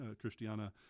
christiana